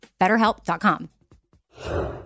BetterHelp.com